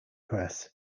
press